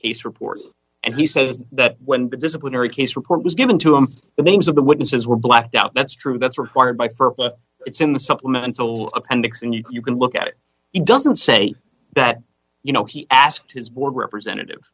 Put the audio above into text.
case reports and he says that when the disciplinary case report was given to him the names of the witnesses were blacked out that's true that's required by for it's in the supplemental appendix and you can look at it it doesn't say that you know he asked his board representative